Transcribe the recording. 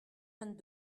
vingt